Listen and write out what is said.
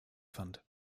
fand